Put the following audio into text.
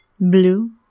Blue